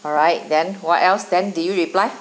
alright then what else then did you reply